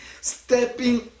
stepping